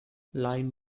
line